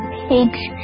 pigs